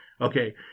Okay